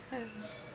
oh